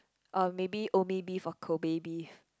oh maybe Omae beef or Kobe beef